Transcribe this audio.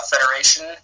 Federation